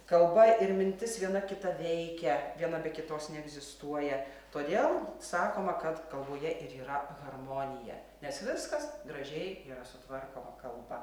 kalba ir mintis viena kitą veikia viena be kitos neegzistuoja todėl sakoma kad kalboje ir yra harmonija nes viskas gražiai yra sutvarkoma kalba